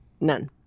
none